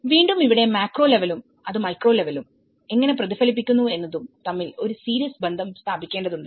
വീണ്ടും ഇവിടെ മാക്രോ ലെവലും അത് മൈക്രോ ലെവലിൽ എങ്ങനെ പ്രതിഫലിക്കുന്നു എന്നതും തമ്മിൽ ഒരു സീരിയസ് ബന്ധം സ്ഥാപിക്കേണ്ടതുണ്ട്